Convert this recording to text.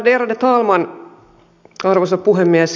värderade talman arvoisa puhemies